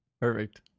Perfect